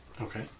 Okay